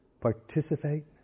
participate